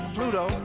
Pluto